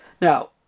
Now